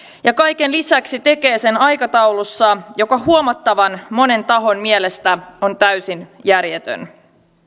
ja kaiken lisäksi tekee sen aikataulussa joka huomattavan monen tahon mielestä on täysin järjetön